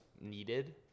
needed